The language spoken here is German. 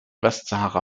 westsahara